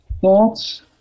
Thoughts